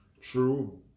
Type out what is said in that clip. True